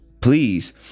please